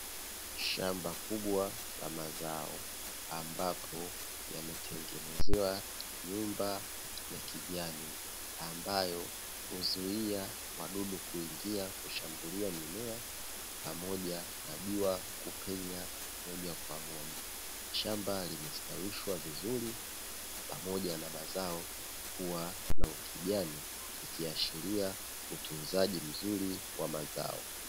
Shamba kubwa la mazao ambapo yametengenezewa nyumba ya kijani ambayo huzuia wadudu kuingia kushambulia mimea pamoja na jua kupenya moja kwa moja. shamba limestawishwa vizuri pamoja na mazao kuwa na ukijani ikiashiria utunzaji mzuri wa mazao.